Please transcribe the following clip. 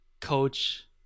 coach